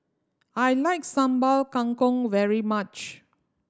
I like Sambal Kangkong very much